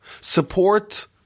Support